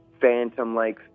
phantom-like